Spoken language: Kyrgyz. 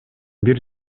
бир